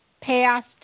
past